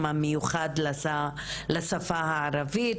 היום המיוחד לשפה הערבית.